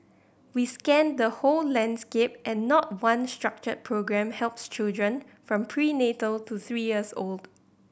we scanned the whole landscape and not one structured programme helps children from prenatal to three years old